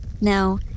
Now